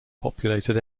populated